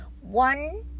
One